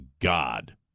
God